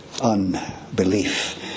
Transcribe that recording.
unbelief